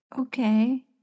Okay